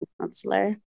counselor